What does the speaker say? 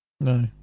No